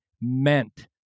meant